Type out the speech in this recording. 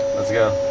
let's go